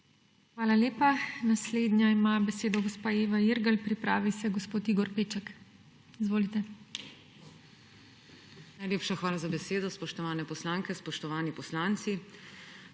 Hvala lepa. Naslednja ima besedo gospa Eva Irgl, pripravi se gospod Igor Peček. Izvolite. **EVA IRGL (PS SDS):** Najlepša hvala za besedo. Spoštovane poslanke, spoštovani poslanci!